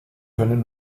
können